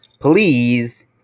Please